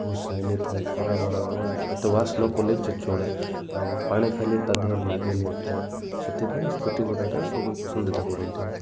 ବହୁତ ସାଇନି ଥାଏ ଖରା ଭରା ମାନେ ଏତେ ୱାସ ନକଲେ ବି ସେ ଚଳେ ଆଉ ପାଣି ଖାଇଲେ ବି ତା ଦେହରେ ଲାଗେନି ଏତେ ସେଥିପାଇଁ ସ୍ପିଟି ଘୋଡ଼ାଟା ସବୁ ପସନ୍ଦିତା କରନ୍ତି ଆଉ